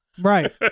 Right